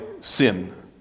sin